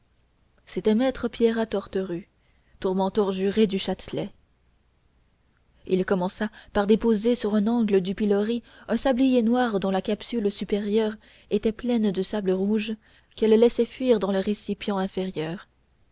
c'était maître pierrat torterue tourmenteur juré du châtelet il commença par déposer sur un angle du pilori un sablier noir dont la capsule supérieure était pleine de sable rouge qu'elle laissait fuir dans le récipient inférieur